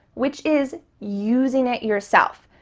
which is using it yourself.